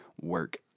work